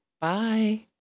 Bye